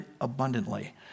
abundantly